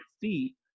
feet